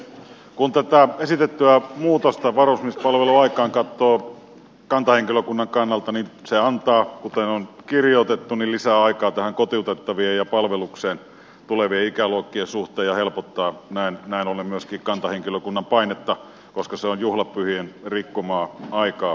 kun tätä esitettyä muutosta varusmiespalveluaikaan katsoo kantahenkilökunnan kannalta niin se antaa kuten on kirjoitettu lisäaikaa kotiutettavien ja palvelukseen tulevien ikäluokkien suhteen ja helpottaa näin ollen myöskin kantahenkilökunnan painetta koska se on juhlapyhien rikkomaa aikaa pääasiassa